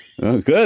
Good